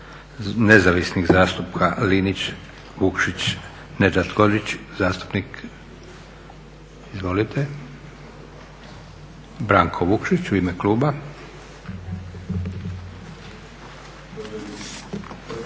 nezavisnih zastupnika Linić, Vukšić, Nedžad Hodžić. Zastupnik, izvolite. Branko Vukšić u ime kluba.